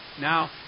now